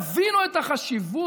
תבינו את החשיבות.